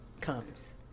comes